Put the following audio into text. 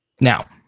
Now